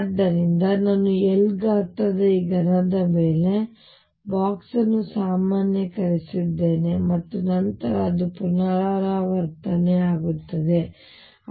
ಆದ್ದರಿಂದ ನಾನು L ಗಾತ್ರದ ಈ ಘನದ ಮೇಲೆ ಬಾಕ್ಸ್ ಅನ್ನು ಸಾಮಾನ್ಯೀಕರಿಸಿದ್ದೇನೆ ಮತ್ತು ನಂತರ ಅದು ಪುನರಾವರ್ತನೆಯಾಗುತ್ತದೆ ಮತ್ತು ಹೀಗೆ